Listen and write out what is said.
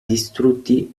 distrutti